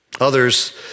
Others